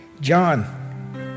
John